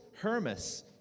Hermas